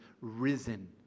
risen